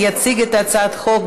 יציג את הצעת החוק,